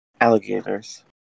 Alligators